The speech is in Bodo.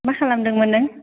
मा खालामदोंमोन नों